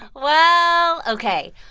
well ok.